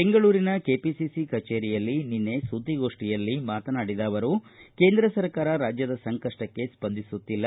ಬೆಂಗಳೂರಿನ ಕೆಪಿಸಿಸಿ ಕಜೇರಿಯಲ್ಲಿ ನಿನ್ನೆ ಸುದ್ದಿಗೋಷ್ಠಿಯಲ್ಲಿ ಮಾತನಾಡಿದ ಅವರು ಕೇಂದ್ರ ಸರ್ಕಾರ ರಾಜ್ಯದ ಸಂಕಷ್ಷಕ್ಷೆ ಸ್ವಂದಿಸುತ್ತಿಲ್ಲ